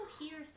hear